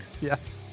Yes